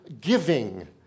giving